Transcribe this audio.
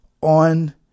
on